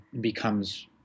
becomes